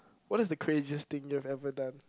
what is the craziest thing you've ever done